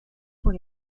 por